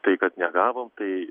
tai kad negavom tai